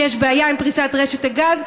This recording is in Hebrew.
כי יש בעיה עם פריסת רשת הגז,